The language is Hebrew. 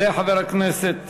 יעלה חבר הכנסת